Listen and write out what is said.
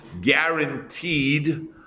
guaranteed